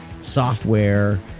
software